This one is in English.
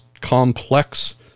complex